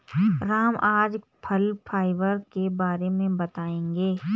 राम आज फल फाइबर के बारे में बताएँगे